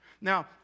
Now